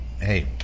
hey